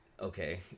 Okay